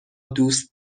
دوست